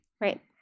Right